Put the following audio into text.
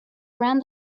around